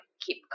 keep